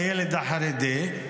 הילד החרדי,